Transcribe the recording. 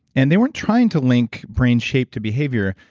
and they weren't trying to link brain shape to behavior,